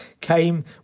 came